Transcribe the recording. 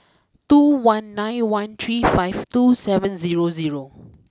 two one nine one three five two seven zero zero